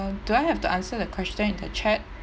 um do I have to answer the question in the chat